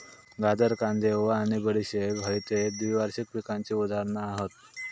गाजर, कांदे, ओवा आणि बडीशेप हयते द्विवार्षिक पिकांची उदाहरणा हत